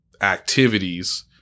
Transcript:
activities